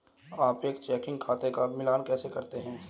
आप एक चेकिंग खाते का मिलान कैसे करते हैं?